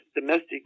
domestic